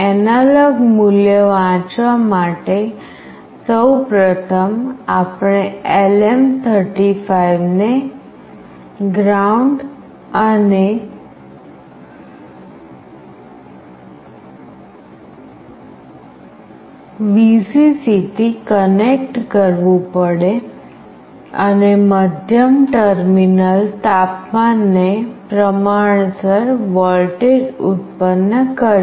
analogue મૂલ્ય વાંચવા માટે સૌ પ્રથમ આપણે LM35 ને ગ્રાઉન્ડ અને Vcc થી કનેક્ટ કરવું પડે અને મધ્યમ ટર્મિનલ તાપમાન ને પ્રમાણસર વોલ્ટેજ ઉત્પન્ન કરશે